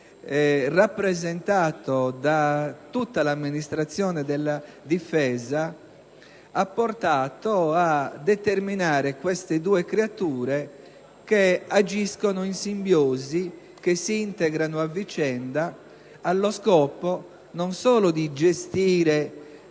rappresentato da tutta l'amministrazione della Difesa ha portato a determinare queste due creature che agiscono in simbiosi, che si integrano a vicenda, allo scopo non solo di gestire